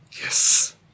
Yes